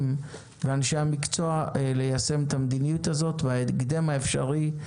ואנשי המקצוע ליישם את המדיניות הזאת בהקדם האפשרי.